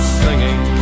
singing